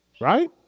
Right